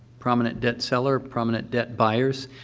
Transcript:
prominent debt seller, prominent debt buyers.